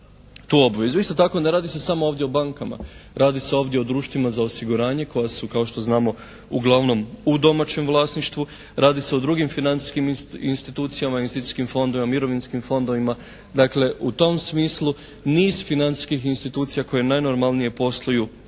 tu obvezu. Isto tako ne radi se samo ovdje o bankama. Radi se ovdje o društvima za osiguranje koja su kao što znamo uglavnom u domaćem vlasništvu, radi se o drugim financijskim institucijama, institucijskim fondovima, mirovinskim fondovima. Dakle, u tom smislu niz financijskih institucija koje najnormalnije posluju